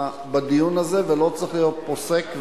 בדיון הזה ולא צריך להיות פוסק,